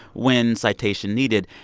when citation needed,